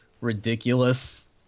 ridiculous